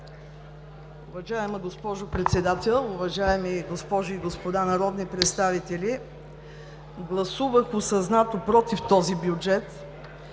Уважаема госпожо Председател, уважаеми госпожи и господа народни представители! Гласувах осъзнато „против“ този бюджет,